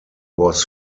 was